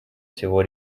всего